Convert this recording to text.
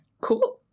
Cool